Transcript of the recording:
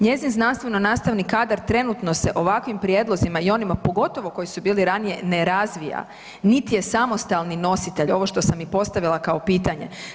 Njezin znanstveno nastavni kadar trenutno se ovakvim prijedlozima i onima, pogotovo koji su bili ranije, ne razvija, niti je samostalni nositelj, ovo što sam i postavila kao pitanje.